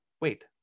Wait